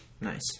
Nice